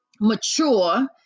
mature